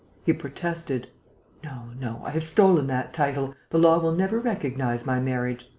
he protested no, no. i have stolen that title. the law will never recognize my marriage.